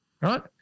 right